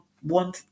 one